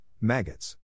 maggots